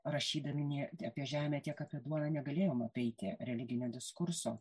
rašydamini apie žemę tiek apie duoną negalėjom apeiti religinio diskurso